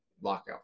lockout